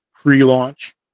pre-launch